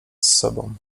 sobą